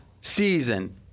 season